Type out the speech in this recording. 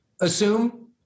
assume